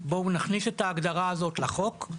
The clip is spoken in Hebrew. בואו נכניס את ההגדרה הזאת לחוק,